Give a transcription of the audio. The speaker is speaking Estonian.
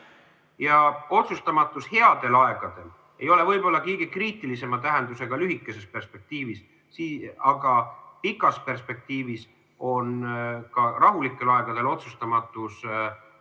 headel aegadel ei ole võib-olla kõige kriitilisema tähendusega lühikeses perspektiivis, pikas perspektiivis on ka rahulikel aegadel otsustamatus loomulikult